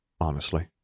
Honestly